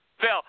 Phil